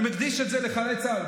אני מקדיש את זה לחללי צה"ל,